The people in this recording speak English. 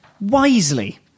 Wisely